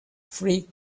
three